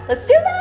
let's do